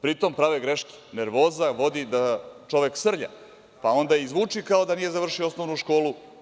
Pri tome, prave greške, nervoza vodi da čovek srlja, pa onda i zvuči kao da nije završio osnovu školu.